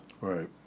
Right